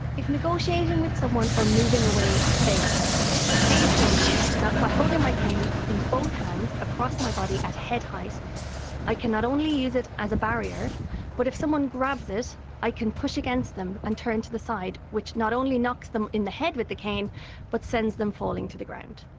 if negotiating with someone or moving away fails dave showed me that by holding my cane in both hands across my body at head height i can not only use it as a barrier but if someone grabs it i can push against them and turn to the side which not only knocks them in the head with the cane but sends them falling to the ground,